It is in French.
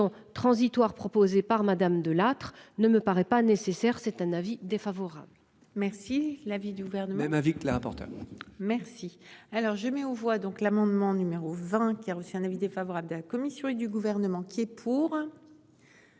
transitoire proposée par Madame De Lattre, ne me paraît pas nécessaire. C'est un avis défavorable. Merci. L'avis du gouvernement, même avec la portable. Merci. Alors je mets aux voix donc l'amendement numéro 20 qui a reçu un avis défavorable de la Commission et du gouvernement. Qui est pour.